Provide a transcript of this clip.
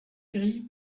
gris